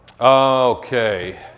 Okay